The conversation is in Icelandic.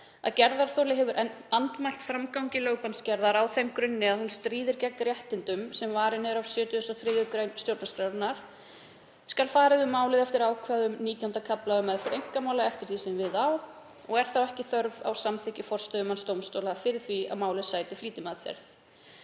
„gerðarþoli hefur andmælt framgangi lögbannsgerðar á þeim grunni að hún stríði gegn réttindum sem varin eru af 73. gr. stjórnarskrárinnar skal farið um málið eftir ákvæðum XIX. kafla laga um meðferð einkamála, eftir því sem við á, og er þá ekki þörf á samþykki forstöðumanns dómstóls fyrir því að málið sæti flýtimeðferð“.